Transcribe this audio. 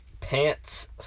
pants